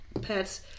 pets